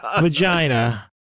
vagina